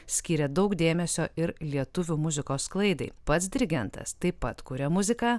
skyrė daug dėmesio ir lietuvių muzikos sklaidai pats dirigentas taip pat kuria muziką